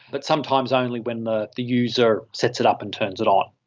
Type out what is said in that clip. but sometimes only when the the user sets it up and turns it on.